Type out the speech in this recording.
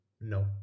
No